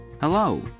Hello